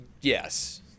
Yes